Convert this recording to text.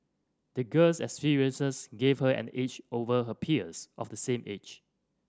the girl's experiences gave her an edge over her peers of the same age